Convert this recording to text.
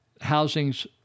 Housing's